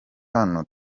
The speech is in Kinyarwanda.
hano